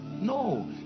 no